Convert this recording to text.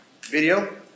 video